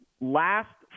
last